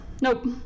Nope